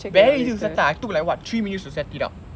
very easy to set up I took like what three minutes to set it up